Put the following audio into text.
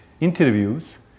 interviews